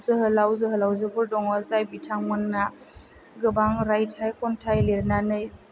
जोहोलाव जोहोलावजोफोर दङ जाय बिथांमोना गोबां रायथाइ खन्थाइ लिरनानै